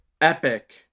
Epic